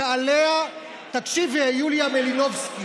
ועליה, תקשיבי, יוליה מלינובסקי.